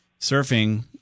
surfing